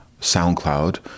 SoundCloud